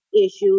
issues